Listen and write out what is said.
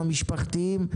המשפחתיים,